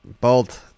Bolt